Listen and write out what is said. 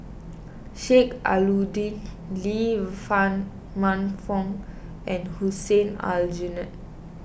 Sheik Alau'ddin Lee fun Man Fong and Hussein Aljunied